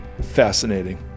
fascinating